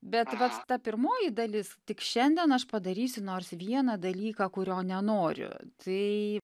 bet vat ta pirmoji dalis tik šiandien aš padarysiu nors vieną dalyką kurio nenoriu tai